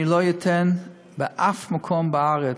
אני לא אתן באף מקום בארץ,